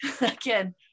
again